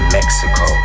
Mexico